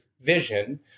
vision